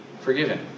forgiven